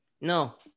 no